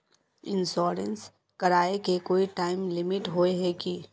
Insurance कराए के कोई टाइम लिमिट होय है की?